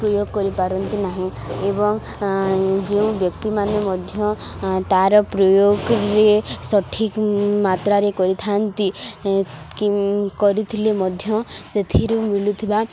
ପ୍ରୟୋଗ କରିପାରନ୍ତି ନାହିଁ ଏବଂ ଯେଉଁ ବ୍ୟକ୍ତିମାନେ ମଧ୍ୟ ତାର ପ୍ରୟୋଗରେ ସଠିକ ମାତ୍ରାରେ କରିଥାନ୍ତି କି କରିଥିଲେ ମଧ୍ୟ ସେଥିରୁ ମିଳୁଥିବା